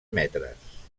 metres